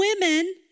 women